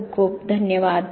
खूप खूप धन्यवाद